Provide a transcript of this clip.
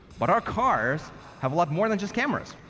but our cars have a lot more than just cameras.